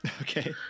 Okay